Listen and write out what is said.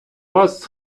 вас